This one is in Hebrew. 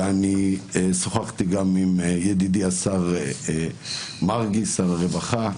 אני שוחחתי גם עם ידידי השר מרגי שר הרווחה,